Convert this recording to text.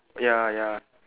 ya ya